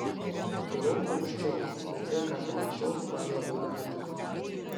pakilau aukščiau ir tai ką pamačiau man labai nepatiko